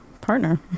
partner